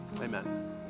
Amen